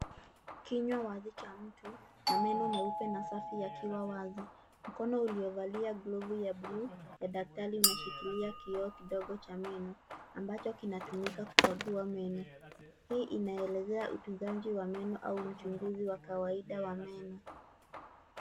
Kinywa wazi cha mtu, na meno meupe na safi yakiwa wazi, mkono uliovalia glovu ya buluu ya daktari unashikilia kioo kidogo cha meno, ambacho kinatumiwa kukagua meno. Hii inaelezea utunzaji wa meno au uchunguzi wa kawaida wa meno.